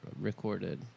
recorded